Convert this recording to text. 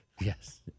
Yes